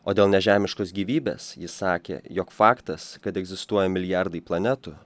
o dėl nežemiškos gyvybės jis sakė jog faktas kad egzistuoja milijardai planetų